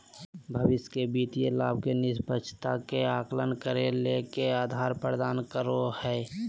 भविष्य के वित्तीय लाभ के निष्पक्षता के आकलन करे ले के आधार प्रदान करो हइ?